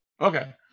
Okay